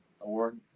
award